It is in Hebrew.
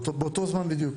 בדיוק באותו זמן.